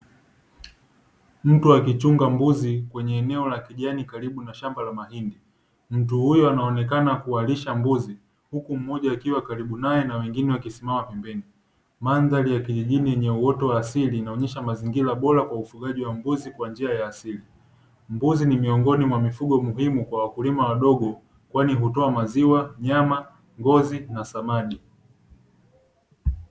Mtu akifunga mbuzi kwenye eneo la kijani karibu na shamba la mahindi mtu huyo anaonekana akiwalisha mbuzi huku mmoja akiwa karibu naye nawengine wakisimama pembeni mandhari ya kijijini yenye uoto wa asili. Mbuzi ni miongoni mwaufugaji muhimu kwa wakulima wadogo mbuzi hutoa maziwa nyama ngozi na samadi.